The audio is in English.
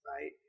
right